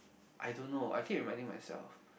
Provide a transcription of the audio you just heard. I don't know I keep reminding myself